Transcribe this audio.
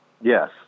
Yes